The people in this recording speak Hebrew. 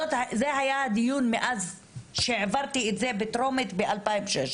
זה היה הדיון מאז שהעברתי את זה בטרומית ב-2016,